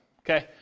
okay